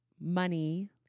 money